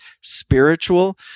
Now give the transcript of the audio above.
spiritual